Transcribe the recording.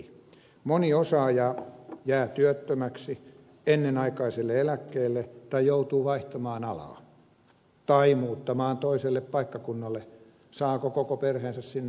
moni osaaja jää työttömäksi ennenaikaiselle eläkkeelle tai joutuu vaihtamaan alaa tai muuttamaan toiselle paikkakunnalle saako koko perheensä sinne mukaan